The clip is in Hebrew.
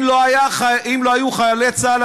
אם לא היו חיילי צה"ל,